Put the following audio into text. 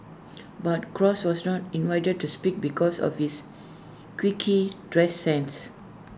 but cross was not invited to speak because of his quicky dress sense